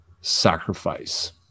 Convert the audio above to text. sacrifice